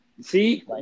See